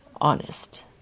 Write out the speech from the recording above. honest